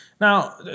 Now